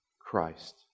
Christ